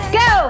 go